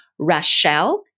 Rachelle